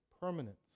permanence